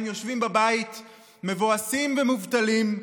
הם יושבים בבית מבואסים ומובטלים.